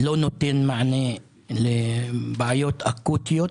לא נותן מענה לבעיות אקוטיות,